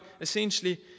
essentially